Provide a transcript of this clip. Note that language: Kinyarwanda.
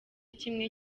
kimwe